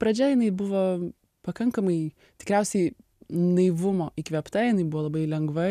pradžia jinai buvo pakankamai tikriausiai naivumo įkvėpta jinai buvo labai lengva